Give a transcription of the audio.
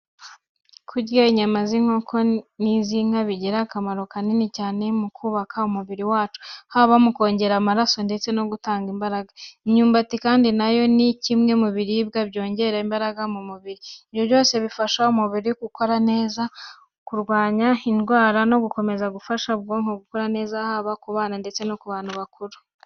Kurya inyama z’inkoko n’iz’inka bigira akamaro kanini cyane mu kubaka umubiri wacu, haba mu kongera amaraso ndetse no gutanga imbaraga. Imyumbati kandi na yo ni kimwe mu biribwa byongerera imbaraga umubiri. Ibyo byose bifasha umubiri gukora neza, kurwanya indwara no gukomeza gufasha ubwonko gukura neza, haba ku bana ndetse no ku bantu bakuru.